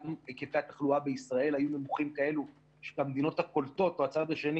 גם היקפי התחלואה בישראל היו נמוכים כאלו שבמדינות הקולטות או הצד השני